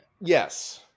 Yes